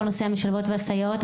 כל נושא המשלבות והסייעות.